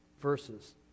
verses